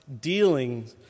dealing